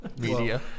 media